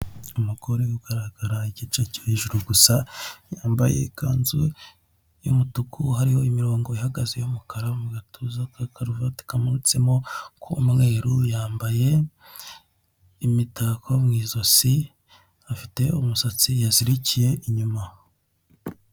Umugore ugaragara igice cyo hejuru gusa, yambaye ikanzu y'umutuku hariho imirongo ihagaze y'umukara mu gatuza ka karuvati kamanutsemo k'umweru yambaye imitako mu izosi afite umusatsi yazirikiye inyuma.